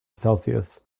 celsius